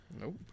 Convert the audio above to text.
Nope